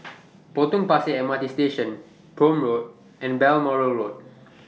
Potong Pasir M R T Station Prome Road and Balmoral Road